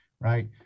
right